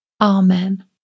Amen